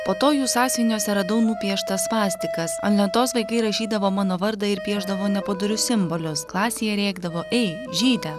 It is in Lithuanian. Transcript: po to jų sąsiuviniuose radau nupieštas svastikas ant lentos vaikai rašydavo mano vardą ir piešdavo nepadorius simbolius klasėje rėkdavo ei žyde